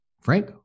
Frank